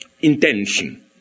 intention